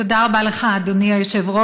תודה רבה לך, אדוני היושב-ראש.